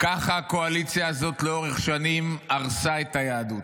ככה הקואליציה הזאת לאורך שנים הרסה את היהדות.